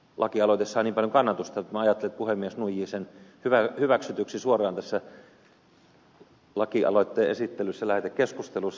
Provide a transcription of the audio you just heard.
lakialoite sai niin paljon kannatusta että minä ajattelin että puhemies nuijii sen hyväksytyksi suoraan tässä lakialoitteen esittelyssä lähetekeskustelussa